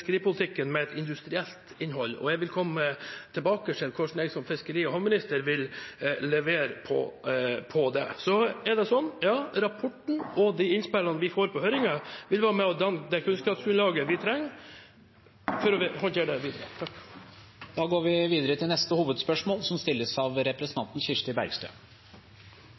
med et industrielt innhold, og jeg vil komme tilbake til hvordan jeg som fiskeri- og havminister vil levere på det. Så er det slik: Ja, rapporten og de innspillene vi får på høringen , vil være med og danne det kunnskapsgrunnlaget vi trenger for å håndtere dette videre. Tiden er over. Da går vi videre til neste hovedspørsmål.